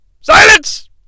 Silence